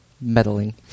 Meddling